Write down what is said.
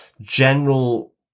general